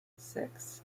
six